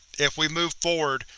if we move forward,